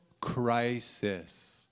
crisis